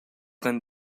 than